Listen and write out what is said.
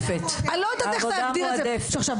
אני לא יודעת איך להגדיר את זה.